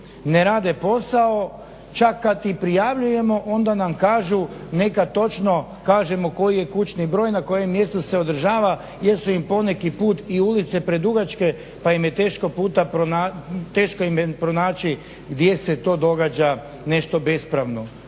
ne rade posao čak kad i prijavljujemo onda nam kažu neka točno kažemo koji je kućni broj, na kojem mjestu se održava jer su im poneki put i ulice predugačke pa im je teško pronaći gdje se to događa nešto bespravno